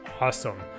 awesome